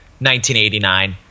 1989